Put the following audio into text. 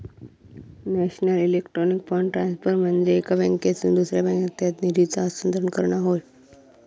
national electronic fund transfer म्हनजे एका बँकेतसून दुसऱ्या खात्यात निधीचा हस्तांतरण करणा होय